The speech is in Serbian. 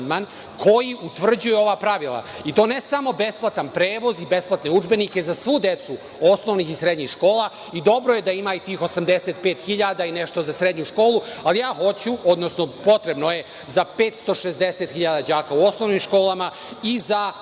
koji utvrđuje ova pravila, i to ne samo, besplatan prevoz, besplatne udžbenike za svu decu osnovnih i srednjih škola i dobro je da ima i tih 85.000 i nešto za srednju školu, ali potrebno je za 560.000 đaka u osnovnim školama i